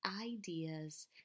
ideas